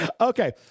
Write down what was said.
Okay